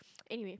anyway